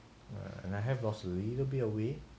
I have lost a little bit away